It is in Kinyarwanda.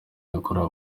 yakorewe